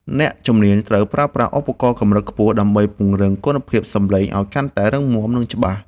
អ្នកជំនាញត្រូវប្រើប្រាស់ឧបករណ៍កម្រិតខ្ពស់ដើម្បីពង្រឹងគុណភាពសំឡេងឱ្យកាន់តែរឹងមាំ និង ច្បាស់។